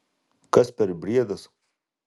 kas per briedas